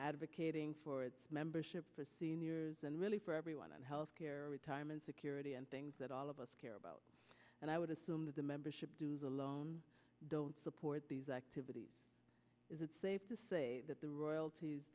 advocating for its membership for seniors and really for everyone and health care retirement security and things that all of us care about and i would assume that the membership dues alone don't support these activities is it safe to say that the royalties